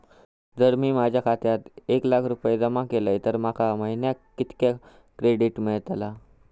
जर मी माझ्या खात्यात एक लाख रुपये जमा केलय तर माका महिन्याक कितक्या क्रेडिट मेलतला?